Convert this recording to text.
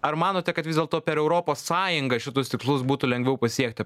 ar manote kad vis dėlto per europos sąjungą šitus tikslus būtų lengviau pasiekti